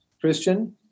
Christian